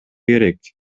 керек